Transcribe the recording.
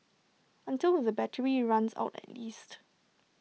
until the battery runs out at least